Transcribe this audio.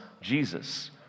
jesus